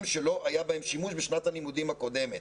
שלא היה בהם שימוש בשנת הלימודים הקודמת.